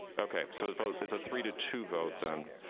okay. so the vote is a three to two vote then,